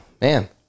Man